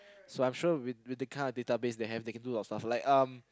so I'm sure with with the kind of database they can do a lot like stuff like um